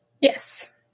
Yes